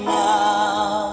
now